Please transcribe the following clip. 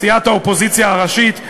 סיעת האופוזיציה הראשית,